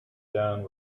down